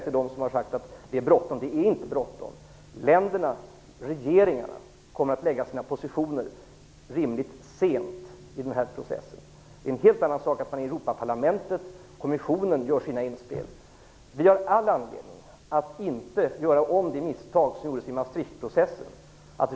Till dem som har sagt att det är bråttom vill jag säga att det inte är det. Regeringarna kommer att lägga fram sina positioner rimligt sent i den här processen. Det är en helt annan sak att man i Europaparlamentet, i kommissionen, gör sina utspel. Vi har all anledning att inte göra om det misstag som gjordes i Maastrichtprocessen.